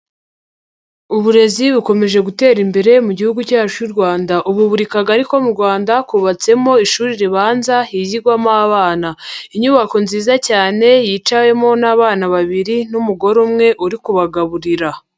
Uburezi bukomeje gutera imbere mu gihugu cyacu cy'u Rwanda, ubu buri kagari ko mu Rwanda kubatsemo ishuri ribanza higirwamo abana. Inyubako nziza cyane yicawemo n'abana babiri n'umugore umwe uri kubagaburira.